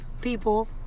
people